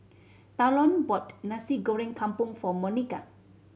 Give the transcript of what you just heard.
Talon bought Nasi Goreng Kampung for Monika